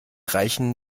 reichen